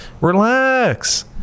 Relax